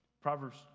Proverbs